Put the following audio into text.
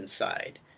inside